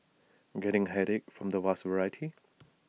getting A headache from the vast variety